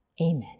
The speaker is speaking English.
Amen